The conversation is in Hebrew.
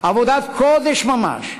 עבודת קודש ממש.